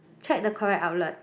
check the correct outlet